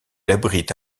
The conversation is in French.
abrite